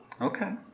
Okay